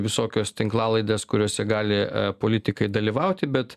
visokios tinklalaidės kuriose gali politikai dalyvauti bet